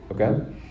Okay